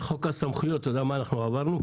חוק הסמכויות, אתה יודע מה אנחנו עברנו?